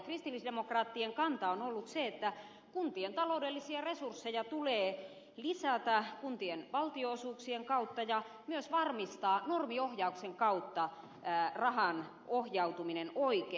kristillisdemokraattien kanta on ollut se että kuntien taloudellisia resursseja tulee lisätä kuntien valtionosuuksien kautta ja myös varmistaa normiohjauksen kautta rahan ohjautuminen oikein